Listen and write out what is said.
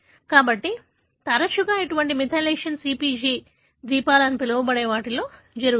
కాబట్టి తరచుగా ఇటువంటి మిథైలేషన్ CpG ద్వీపాలు అని పిలవబడే వాటిలో జరుగుతుంది